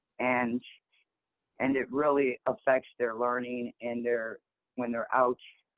and and it really affects their learning and their when they're out